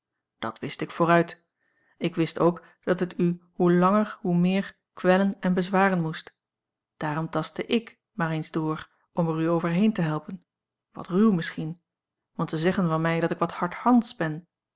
dat wist ik vooruit ik wist ook dat het u hoe langer hoe meer kwellen en bezwaren moest daarom tastte ik maar eens door om er u overheen te helpen wat ruw misschien want ze zeggen van mij dat ik wat hardhands ben